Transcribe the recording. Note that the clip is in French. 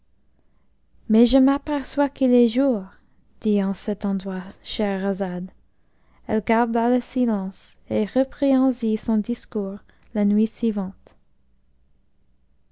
mais je m'aperçois qu'il est jour dit en cet endroit scheherazade elle garda le silence et reprit ainsi son discours la nuit suivante